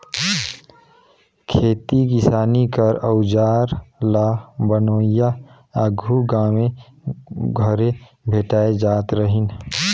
खेती किसानी कर अउजार ल बनोइया आघु गाँवे घरे भेटाए जात रहिन